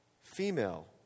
female